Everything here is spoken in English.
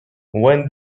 when